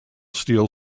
steel